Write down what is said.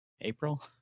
April